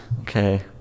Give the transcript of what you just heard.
okay